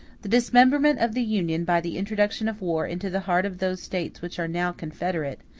the dismemberment of the union, by the introduction of war into the heart of those states which are now confederate,